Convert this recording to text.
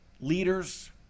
leaders